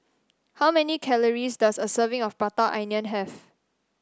how many calories does a serving of Prata Onion have